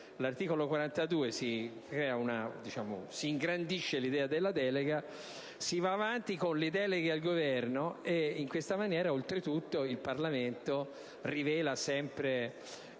una delega, si ingrandisce l'idea della delega. Si va avanti con le deleghe al Governo. In questa maniera, oltretutto, il Parlamento rivela sempre